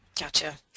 Gotcha